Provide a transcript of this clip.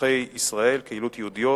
תומכי ישראל, קהילות יהודיות